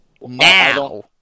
now